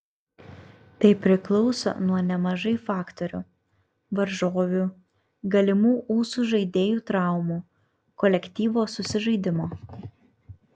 tai priklauso nuo nemažai faktorių varžovių galimų ūsų žaidėjų traumų kolektyvo susižaidimo